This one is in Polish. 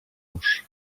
nóż